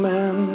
Man